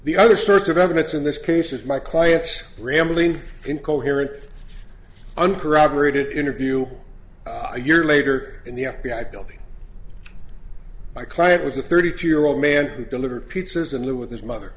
the other search of evidence in this case is my client's rambling incoherent uncorroborated interview a year later in the f b i building my client was a thirty two year old man who delivered pizzas and there with his mother